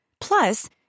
Plus